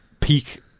peak